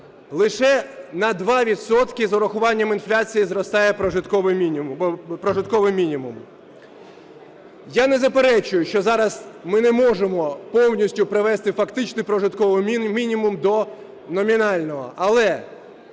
Лише на 2 відсотки з урахуванням інфляції зростає прожитковий мінімум. Я не заперечую, що зараз ми не можемо повністю привести фактичний прожитковий мінімум до номінального.